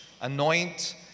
anoint